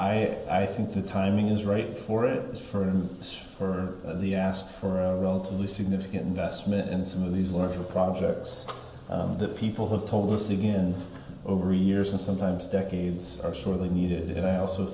i i think the timing is right for it for us for the asked for a relatively significant investment and some of these larger projects that people have told us again over the years and sometimes decades are sure they needed it i also